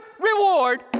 reward